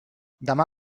demà